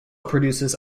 produces